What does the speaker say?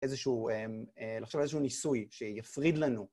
איזשהו... לחשוב על איזשהו ניסוי שיפריד לנו.